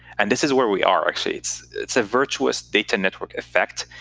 and this is where we are, actually. it's it's a virtuous data network effect,